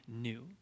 new